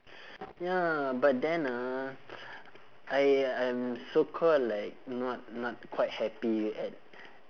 ya but then uh I I'm so called like not not quite happy at